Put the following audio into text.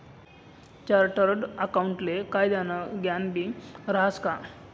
chartered अकाऊंटले कायदानं ज्ञानबी रहास का